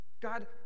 God